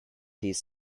these